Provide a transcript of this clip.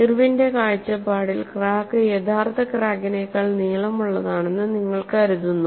ഇർവിന്റെ കാഴ്ചപ്പാടിൽ ക്രാക്ക് യഥാർത്ഥ ക്രാക്കിനെക്കാൾ നീളമുള്ളതാണെന്ന് നിങ്ങൾ കരുതുന്നു